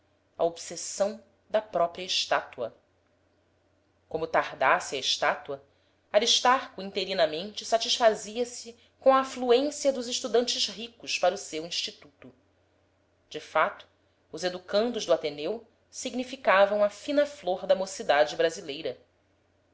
a obsessão da própria estátua como tardasse a estátua aristarco interinamente satisfazia se com a afluência dos estudantes ricos para o seu instituto de fato os educandos do ateneu significavam a fina flor da mocidade brasileira